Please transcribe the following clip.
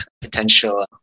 potential